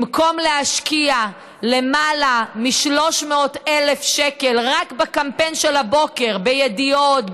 במקום להשקיע למעלה מ-300,000 שקל רק בקמפיין של הבוקר בידיעות,